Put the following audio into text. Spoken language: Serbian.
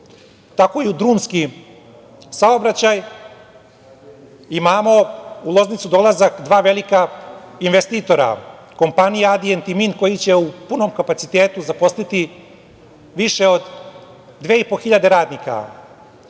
tako i u drumski saobraćaj. Imamo u Loznicu dolazak dva velika investitora, kompanije „Adient“ i „Mint“, koje će u punom kapacitetu zaposliti više od 2,5 hiljade radnika.